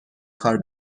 کار